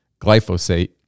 glyphosate